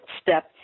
step